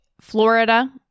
Florida